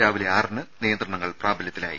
രാവിലെ ആറിന് നിയന്ത്രണങ്ങൾ പ്രാബല്യത്തിലായി